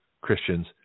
Christians